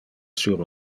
sur